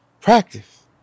Practice